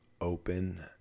open